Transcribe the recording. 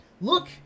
Look